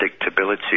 predictability